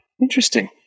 Interesting